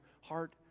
heart